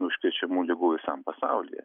užkrečiamų ligų visam pasaulyje